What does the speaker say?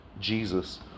Jesus